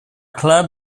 clubs